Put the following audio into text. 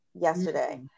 yesterday